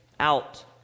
out